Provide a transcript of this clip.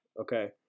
Okay